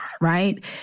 Right